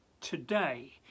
today